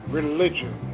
religion